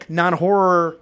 non-horror